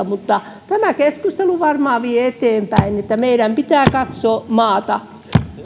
mutta tämä keskustelu varmaan vie eteenpäin eli meidän pitää katsoa maata